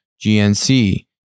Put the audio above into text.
GNC